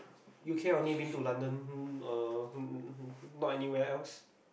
U_K I only been to London uh um not anywhere else